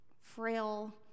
frail